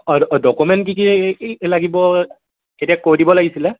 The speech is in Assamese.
অঁ ডকুমেণ্ট কি কি লাগিব এতিয়া কৈ দিব লাগিছিলে